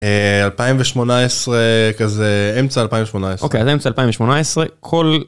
2018 כזה אמצע 2018 אוקיי אז אמצע 2018 כל.